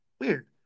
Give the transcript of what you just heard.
weird